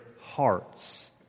hearts